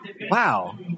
wow